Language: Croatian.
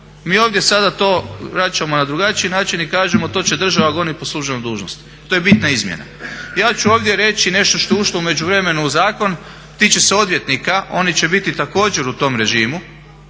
Mi ovdje sada to vraćamo na drugačiji način i kažemo to će država goniti po službenoj dužnosti. To je bitna izmjena. Ja ću ovdje reći nešto što je ušlo u međuvremenu u zakon, tiče se odvjetnika, oni će biti također u tom režimu,